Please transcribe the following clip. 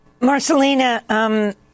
Marcelina